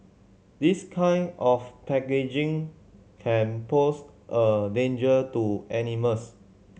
this kind of packaging can pose a danger to animals